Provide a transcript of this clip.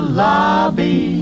lobby